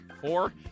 Four